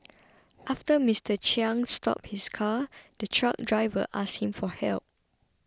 after Mister Chiang stopped his car the truck driver asked him for help